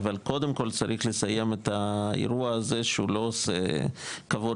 אבל קודם כל צריך לסיים את האירוע הזה שהוא לא עושה כבוד